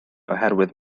oherwydd